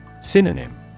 Synonym